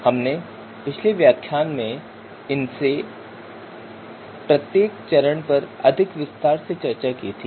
हमने पिछले व्याख्यान में इनमें से प्रत्येक चरण पर अधिक विस्तार से चर्चा की थी